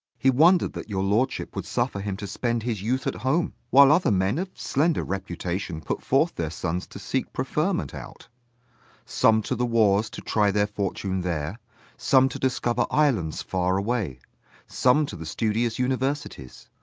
he wond'red that your lordship would suffer him to spend his youth at home, while other men, of slender reputation, put forth their sons to seek preferment out some to the wars, to try their fortune there some to discover islands far away some to the studious universities.